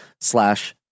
slash